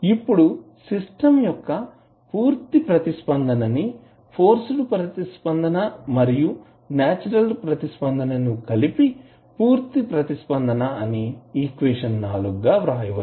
ఇప్పుడు సిస్టం యొక్క పూర్తి ప్రతిస్పందన ని ఫోర్స్డ్ ప్రతిస్పందన మరియు నేచురల్ ప్రతిస్పందన ని కలిపి పూర్తి ప్రతిస్పందన అని ఈక్వేషన్ గా వ్రాయచ్చు